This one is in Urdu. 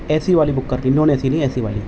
اے سی والی بک کرنی ہے نان اے سی نہیں اے سی والی